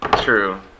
True